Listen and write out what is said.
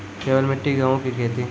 केवल मिट्टी गेहूँ की खेती?